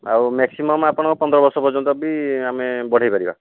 ଆଉ ମେକ୍ସିମମ ଆପଣଙ୍କର ପନ୍ଦର ବର୍ଷ ପର୍ଯ୍ୟନ୍ତ ବି ଆମେ ବଢ଼ାଇ ପାରିବା